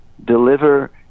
deliver